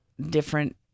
different